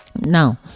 Now